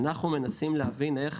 אנחנו מנסים להבין איך